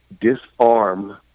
disarm